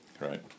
right